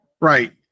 Right